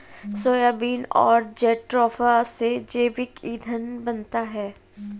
soybean और jatropha से जैविक ईंधन बनता है